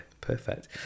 perfect